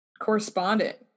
correspondent